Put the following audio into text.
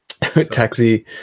Taxi